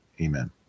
amen